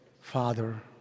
Father